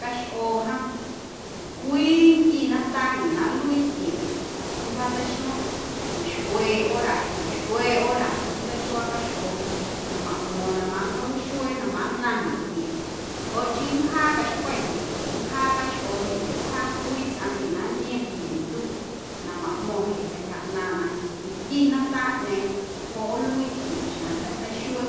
Caxꞌoo jom ticwii nqui nataa yuu na nluii tiaꞌ nncjaatseixuaⁿ xcwe xcwe hora xcwe xcwe hora nntseixuaa caxꞌoo jeꞌ na maꞌmo̱o̱ⁿ na nncjaawixuee na mannaⁿnaꞌ tiaꞌ joꞌ chii nncjaa caxpei jeꞌ ndoꞌ nncjaa caxꞌoo jeꞌ ndoꞌ wjaa cwii tsꞌaⁿ jeꞌ na nntiom jndye ntu na maꞌmo̱ⁿ jeꞌ cantyja ꞌnaaⁿꞌ na nqui nataaꞌñeeⁿ joꞌ nluii tiaꞌ xeⁿ na jnda̱ teixuee